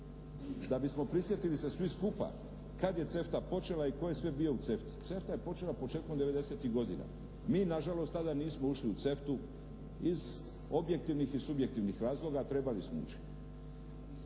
da bismo prisjetili se svi skupa kad je CEFTA počela i tko je sve bio u CEFTA-i. CEFTA je počela početkom 90-ih godina. Mi nažalost tada nismo ušli u CEFTA-u iz objektivnih i subjektivnih razloga, a trebali smo ući.